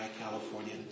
California